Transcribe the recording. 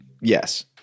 yes